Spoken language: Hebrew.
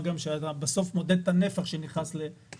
מה גם שבסוף אתה מודד את הנפח שנכנס לארץ,